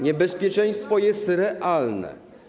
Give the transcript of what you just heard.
Niebezpieczeństwo jest realne.